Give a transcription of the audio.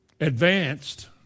advanced